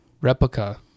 replica